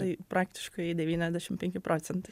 tai praktiškai devyniasdešim penki procentai